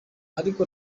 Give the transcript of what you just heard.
ariko